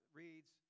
reads